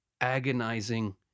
agonizing